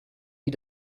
wie